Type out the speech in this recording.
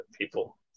people